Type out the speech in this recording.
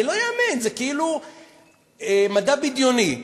זה לא ייאמן, זה כאילו מדע בדיוני.